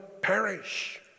perish